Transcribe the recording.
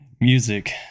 music